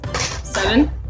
Seven